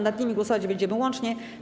Nad nimi głosować będziemy łącznie.